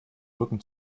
rücken